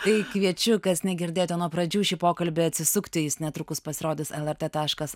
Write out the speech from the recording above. tai kviečiu kas negirdėjot nuo pradžių šį pokalbį atsisukti jis netrukus pasirodys lrtlt